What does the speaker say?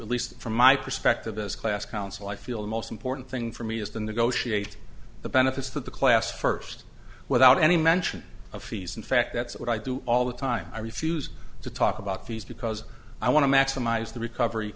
at least from my perspective as class counsel i feel the most important thing for me is the negotiate the benefits that the class first without any mention of fees in fact that's what i do all the time i refuse to talk about these because i want to maximize the recovery